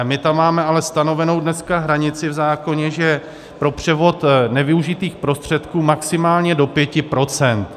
My tam máme ale stanovenou dneska hranici v zákoně, že pro převod neužitých prostředků maximálně do 5 %.